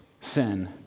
sin